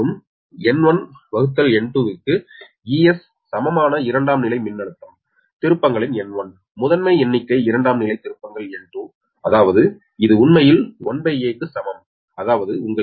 மற்றும் N1N2 க்கு 𝑬𝒔 சமமான இரண்டாம் நிலை மின்னழுத்தம் திருப்பங்களின் 𝑵𝟏 முதன்மை எண்ணிக்கை இரண்டாம் நிலை திருப்பங்கள் 𝑵𝟐 அதாவது இது உண்மையில் 1a க்கு சமம் அதாவது உங்கள் 𝑬𝒔 𝒂 ∗𝑬𝒑